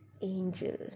angel